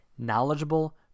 Knowledgeable